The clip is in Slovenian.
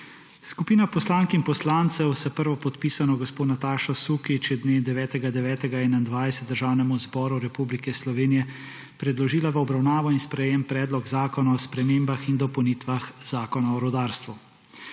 Skupina poslank in poslancev s prvopodpisano gospo Natašo Sukič je dne 9. 9. 2021 Državnemu zboru Republike Slovenije predložila v obravnavo in sprejem Predlog zakona o spremembah in dopolnitvah Zakona o rudarstvu.